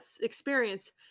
experience